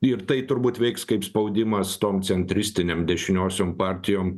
ir tai turbūt veiks kaip spaudimas tom centristinėm dešiniosiom partijom